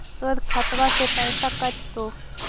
तोर खतबा से पैसा कटतो?